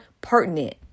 pertinent